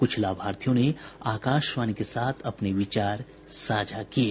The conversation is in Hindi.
कुछ लाभार्थियों ने आकाशवाणी के साथ अपने विचार साझा किये